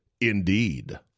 indeed